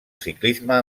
ciclisme